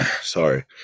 sorry